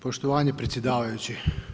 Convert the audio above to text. Poštovanje predsjedavajući.